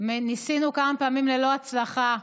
וניסינו כמה פעמים, ללא הצלחה,